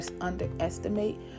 underestimate